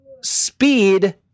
Speed